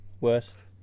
worst